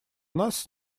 нас